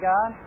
God